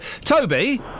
Toby